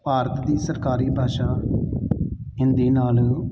ਭਾਰਤ ਦੀ ਸਰਕਾਰੀ ਭਾਸ਼ਾ ਹਿੰਦੀ ਨਾਲ